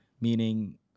Meaning